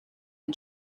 and